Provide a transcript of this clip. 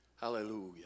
hallelujah